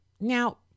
now